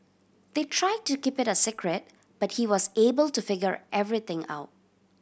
they tried to keep it a secret but he was able to figure everything out